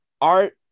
art